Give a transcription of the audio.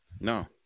No